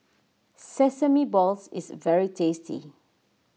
Sesame Balls is very tasty